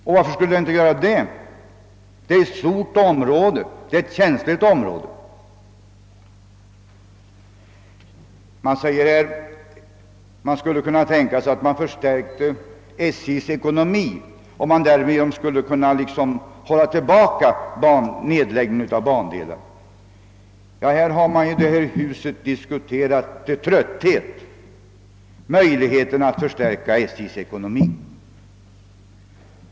Och varför skulle det inte göra det? Det gäller ju ett stort och känsligt område. Man säger att man skulle kunna tänka sig att förstärka SJ:s ekonomi om det vore möjligt att därigenom undvika nedläggning av bandelar. Ja, vi har ju här i huset till leda diskuterat möjligheterna att förstärka SJ:s ekonomi.